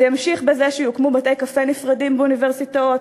זה ימשיך בזה שיוקמו בתי-קפה נפרדים באוניברסיטאות,